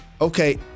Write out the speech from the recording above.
Okay